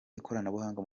ikoranabuhanga